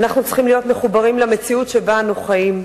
ואנחנו צריכים להיות מחוברים למציאות שבה אנחנו חיים.